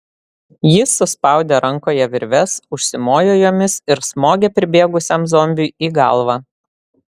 jis suspaudė rankoje virves užsimojo jomis ir smogė pribėgusiam zombiui į galvą